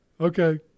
okay